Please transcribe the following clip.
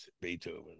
Beethoven